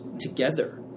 together